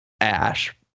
Ash